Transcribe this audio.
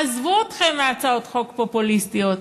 עזבו אתכם מהצעות חוק פופוליסטיות.